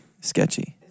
sketchy